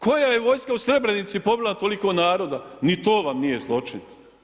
Koja je vojska u Srebrenici pobila toliko naroda, ni to vam nije zločin.